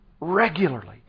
regularly